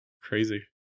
crazy